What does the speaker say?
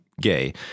gay